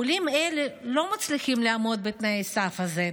עולים אלו לא מצליחים לעמוד בתנאי הסף הזה,